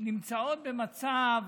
נמצאות במצב